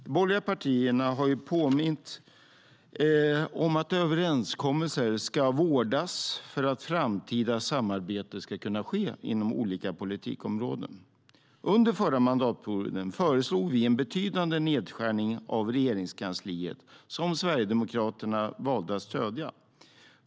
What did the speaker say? De borgerliga partierna har påmint om att överenskommelser ska vårdas för att framtida samarbete ska kunna ske inom olika politikområden. Under förra mandatperioden föreslog vi en betydande nedskärning av Regeringskansliet, som Sverigedemokraterna valde att stödja.